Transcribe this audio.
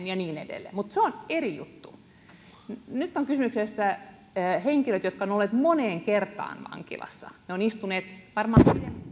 ja niin edelleen mutta se on eri juttu nyt ovat kysymyksessä henkilöt jotka ovat olleet moneen kertaan vankilassa he ovat istuneet varmaan